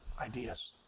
ideas